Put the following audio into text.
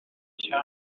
cyane